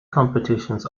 competitions